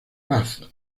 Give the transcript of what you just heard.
paz